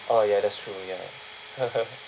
oh ya that's true ya